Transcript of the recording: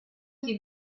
die